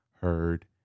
heard